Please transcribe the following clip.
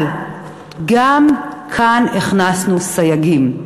אבל גם כאן הכנסנו סייגים,